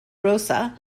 rosa